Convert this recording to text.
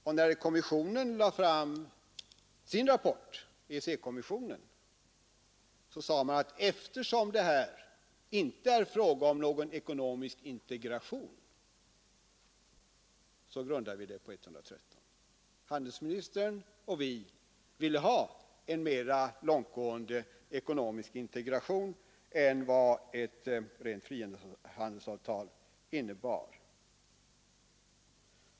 När EEC-kommissionen lade fram sin rapport, sade man att eftersom det inte är fråga om någon ekonomisk integration så kan avtalet grundas på artikel 113. Handelsministern och vi ville ha en mera långtgående ekonomisk integration än vad ett rent frihandelsavtal innebar.